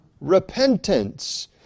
repentance